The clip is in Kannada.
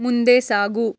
ಮುಂದೆ ಸಾಗು